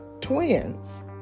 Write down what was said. twins